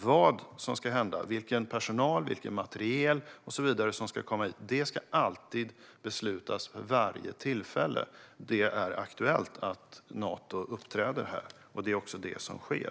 Vad som ska hända, vilken personal, vilken materiel och så vidare som ska komma hit, ska alltid beslutas för varje tillfälle det är aktuellt att Nato uppträder här. Det är också det som sker.